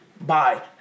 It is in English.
Bye